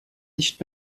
nicht